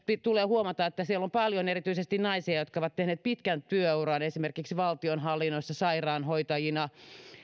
tulee huomata että siellä on paljon erityisesti naisia jotka ovat tehneet pitkän työuran esimerkiksi valtionhallinnossa sairaanhoitajina